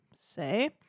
say